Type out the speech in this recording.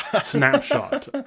snapshot